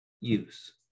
use